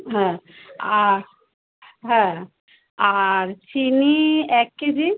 হ্যাঁ আর হ্যাঁ আর চিনি এক কেজি